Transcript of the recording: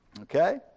Okay